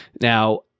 Now